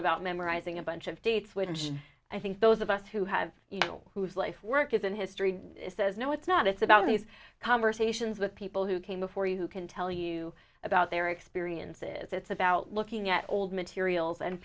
about memorizing a bunch of dates which i think those of us who have you know whose life work isn't history says no it's not it's about these conversations with people who came before you who can tell you about their experiences it's about looking at old materials and